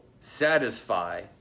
satisfy